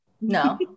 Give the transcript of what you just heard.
no